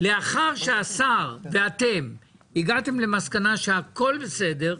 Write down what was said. לאחר שהשר ואתם הגעתם למסקנה שהכול בסדר,